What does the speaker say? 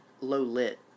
low-lit